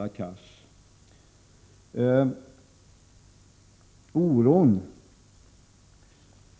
Jag tror att människorna